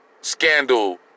scandal